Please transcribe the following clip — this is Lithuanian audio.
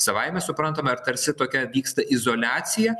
savaime suprantama ir tarsi tokia vyksta izoliacija